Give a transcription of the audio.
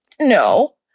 no